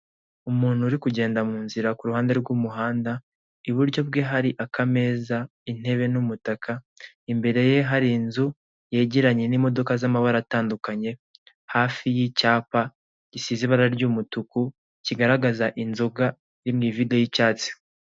Umuntu uri kugenda mu nzira ku ruhande rw'umuhanda iburyo bwe hari akameza intebe n'umutaka imbere ye hari inzu yegeranye n'imodoka z'amabara atandukanye hafi y'icyapa gisize ibara ry'umutuku kigaragaraza inzoga iri mu ivide y'icyatsi.